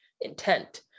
intent